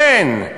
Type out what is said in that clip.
כן,